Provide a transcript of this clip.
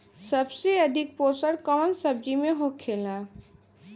सबसे अधिक पोषण कवन सब्जी में होखेला?